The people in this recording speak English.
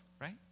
right